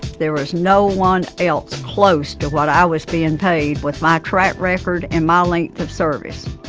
there was no one else close to what i was being paid with my track record and my length of service.